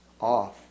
off